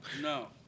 no